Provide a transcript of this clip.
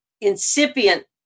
incipient